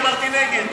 אמרתי נגד.